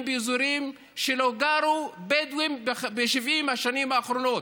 באזורים שלא גרו בהם בדואים ב-70 השנים האחרונות.